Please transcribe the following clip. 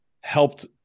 helped